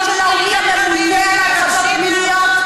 שלה ומי הממונה על נושא ההטרדות המיניות?